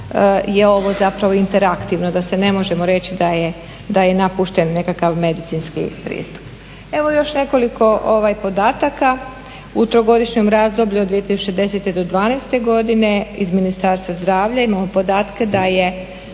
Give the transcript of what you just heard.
je ovo interaktivno, da ne možemo reći da je napušten nekakav medicinski pristup. Evo još nekoliko podataka u trogodišnjem razdoblju od 2010.do 2012.godine iz Ministarstva zdravlja imamo podatke da je